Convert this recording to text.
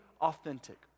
authentic